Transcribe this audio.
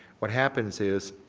what happens is